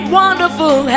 wonderful